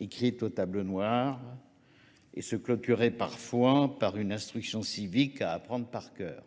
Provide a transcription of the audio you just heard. écrite au tableau noir, et se clôturait parfois par une instruction civique à apprendre par cœur.